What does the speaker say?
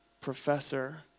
professor